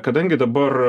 kadangi dabar